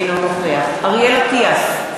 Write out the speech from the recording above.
אינו נוכח אריאל אטיאס,